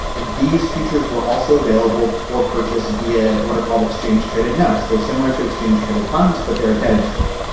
these futures were also available for purchase via what are called exchange-traded notes. they're similar to exchange-traded funds, but they're a debt instrument.